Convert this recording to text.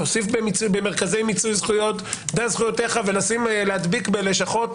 להוסיף במרכזי מיצוי זכויות : אלה זכויותיך ולהדביק בלשכות